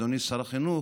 אדוני שר החינוך,